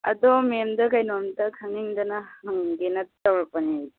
ꯑꯗꯣ ꯃꯦꯝꯗ ꯀꯩꯅꯣꯝꯇ ꯈꯪꯅꯤꯡꯗꯅ ꯍꯪꯒꯦꯅ ꯇꯧꯔꯛꯄꯅꯦ